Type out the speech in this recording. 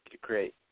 great